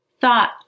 Thought